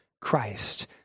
Christ